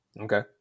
Okay